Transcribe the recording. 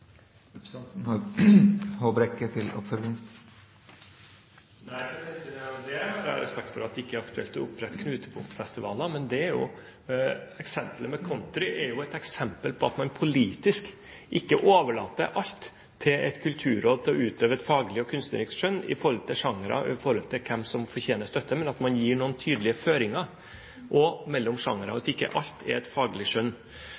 Nei, jeg har respekt for at det ikke er aktuelt å opprette knutepunktfestivaler. Country er jo et eksempel på at man politisk ikke overlater alt til et kulturråd når det gjelder å utøve et faglig og kunstnerisk skjønn med hensyn til sjangere og hvem som fortjener støtte, men at man gir noen tydelige føringer også mellom sjangere, og at ikke alt er et faglig skjønn.